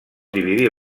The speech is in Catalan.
dividir